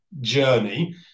journey